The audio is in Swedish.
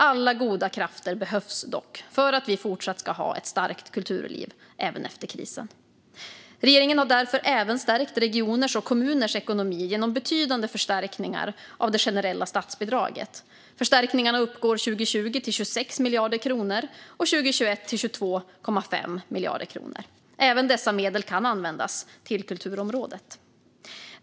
Alla goda krafter behövs dock för att vi fortsatt ska ha ett starkt kulturliv även efter krisen. Regeringen har därför även stärkt regioners och kommuners ekonomi genom betydande förstärkningar av det generella statsbidraget. Förstärkningarna uppgår 2020 till 26 miljarder kronor och 2021 till 22,5 miljarder kronor. Även dessa medel kan användas till kulturområdet.